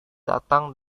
datang